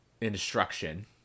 instruction